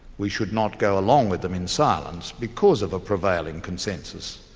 we should not go along with them in silence because of a prevailing consensus.